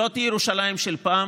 זאת ירושלים של פעם